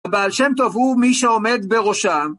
בעל שם טוב הוא מי שעומד בראשם